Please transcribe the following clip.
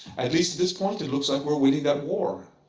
at least at this point, it looks like we're winning that war.